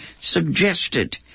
suggested